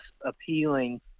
appealing